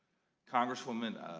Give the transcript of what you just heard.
congresswoman,